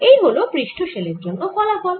এই হল পৃষ্ঠ শেল এর জন্য ফলাফল